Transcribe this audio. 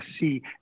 see